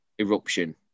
Eruption